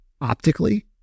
optically